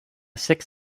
six